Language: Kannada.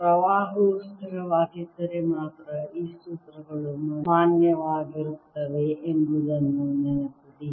ಪ್ರವಾಹವು ಸ್ಥಿರವಾಗಿದ್ದರೆ ಮಾತ್ರ ಈ ಸೂತ್ರಗಳು ಮಾನ್ಯವಾಗಿರುತ್ತವೆ ಎಂಬುದನ್ನು ನೆನಪಿಡಿ